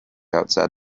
outside